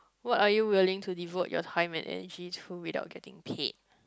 what are you willing to devote your time and energy to without getting paid